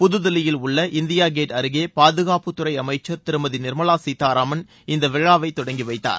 புதுதில்லியில் உள்ள India gate அருகே பாதுகாப்புத்துறை அமைச்சள் திருமதி நிா்மலா சீதாராமன் இந்த விழாவை தொடங்கி வைத்தார்